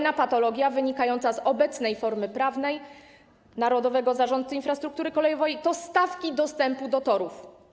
Następna patologia wynikająca z obecnej formy prawnej narodowego zarządcy infrastruktury kolejowej to stawki dostępu do torów.